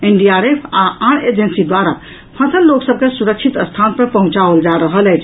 NDRF आ आन agency द्वारा फंसल लोक सभ के सुरक्षित स्थान पर पहुंचाओल जा रहल अछि